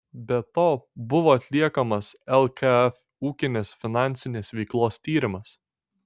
be to buvo atliekamas lkf ūkinės finansinės veiklos tyrimas